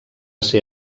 ser